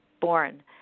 born